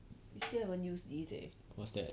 we still haven't use this leh